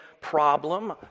problem